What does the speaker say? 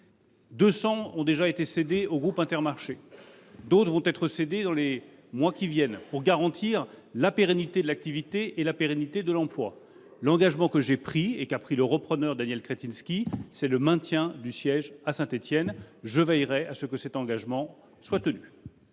200 ont déjà été cédés au groupe Intermarché ; d’autres le seront dans les mois qui viennent, pour garantir la pérennité de l’activité et de l’emploi. L’engagement que j’ai pris et qu’a pris le repreneur, Daniel Kretinsky, c’est le maintien du siège à Saint Étienne. Je veillerai à ce que cet engagement soit tenu.